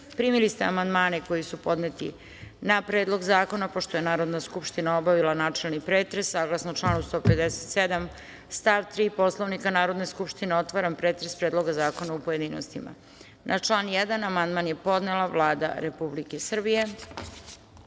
ste amandmane koji su podneti na Predlog zakona. Pošto je Narodna skupština obavila načelni pretres, saglasno članu 157. stav 3. Poslovnika Narodne skupštine otvaram pretres Predloga zakona u pojedinostima. Na član 1. amandman je podnela Vlada Republike Srbije. Na